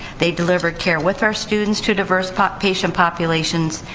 they deliver care with our students to diverse but patient populations,